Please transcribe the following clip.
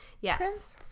Yes